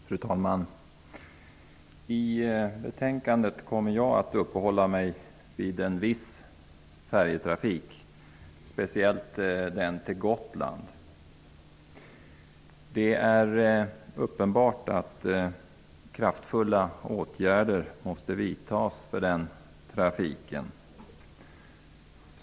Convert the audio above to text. Fru talman! När det gäller betänkandet kommer jag att uppehålla mig vid en viss färjetrafik, nämligen den till Gotland. Det är uppenbart att kraftfulla åtgärder måste vidtas för Gotlandstrafiken.